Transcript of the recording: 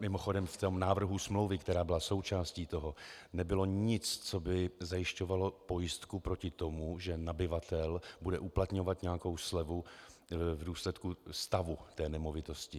Mimochodem, v návrhu smlouvy, která byla součástí toho, nebylo nic, co by zajišťovalo pojistku proti tomu, že nabyvatel bude uplatňovat nějakou slevu v důsledku stavu té nemovitosti.